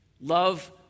love